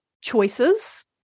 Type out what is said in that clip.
choices